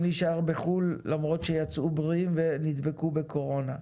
להישאר בחו"ל למרות שיצאו בריאים ונדבקו בקורונה?